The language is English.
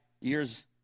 years